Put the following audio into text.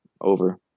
over